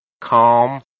calm